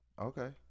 Okay